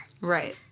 Right